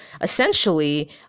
essentially